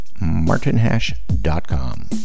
martinhash.com